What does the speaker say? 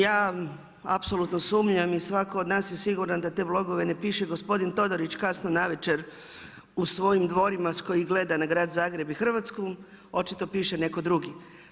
Ja apsolutno sumnjam i svatko od nas je siguran da te blogove ne piše gospodin Todorić kasno navečer u svojim dvorima iz kojih gleda na grad Zagreb i Hrvatsku, očito piše netko drugi.